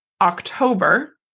october